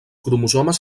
cromosomes